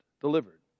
delivered